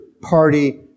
party